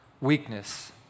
weakness